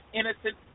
innocent